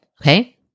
Okay